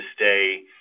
stay